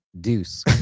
Deuce